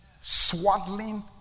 Swaddling